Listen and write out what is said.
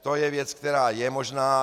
To je věc, která je možná.